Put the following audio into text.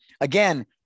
again